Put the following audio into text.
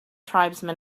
tribesmen